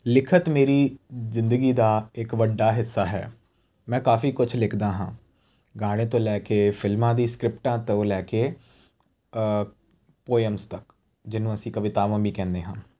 ਲਿਖਤ ਮੇਰੀ ਜ਼ਿੰਦਗੀ ਦਾ ਇੱਕ ਵੱਡਾ ਹਿੱਸਾ ਹੈ ਮੈਂ ਕਾਫੀ ਕੁਛ ਲਿਖਦਾ ਹਾਂ ਗਾਣੇ ਤੋਂ ਲੈ ਕੇ ਫਿਲਮਾਂ ਦੀ ਸਕ੍ਰਿਪਟਾਂ ਤੋਂ ਲੈ ਕੇ ਪੋਏਮਸ ਤੱਕ ਜਿਹਨੂੰ ਅਸੀਂ ਕਵਿਤਾਵਾਂ ਵੀ ਕਹਿੰਦੇ ਹਾਂ